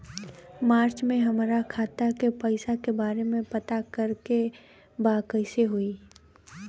मार्च में हमरा खाता के पैसा के बारे में पता करे के बा कइसे होई?